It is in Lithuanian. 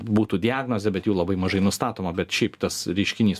būtų diagnozė bet jų labai mažai nustatoma bet šiaip tas reiškinys